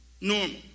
normal